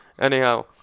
Anyhow